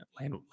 land